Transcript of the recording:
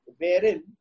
wherein